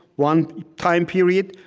one time period,